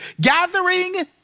gathering